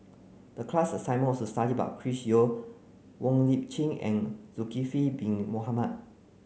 the class assignment was to study about Chris Yeo Wong Lip Chin and Zulkifli bin Mohamed